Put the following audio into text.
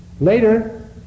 later